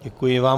Děkuji vám.